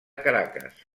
caracas